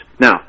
now